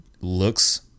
looks